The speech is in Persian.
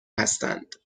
هستند